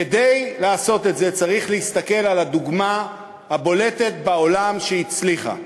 כדי לעשות את זה צריך להסתכל על הדוגמה הבולטת שהצליחה בעולם,